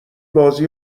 بازی